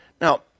Now